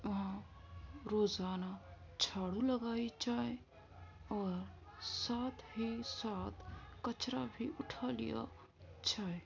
وہاں روزانہ جھاڑو لگائی جائے اور ساتھ ہی ساتھ کچرا بھی اٹھا لیا جائے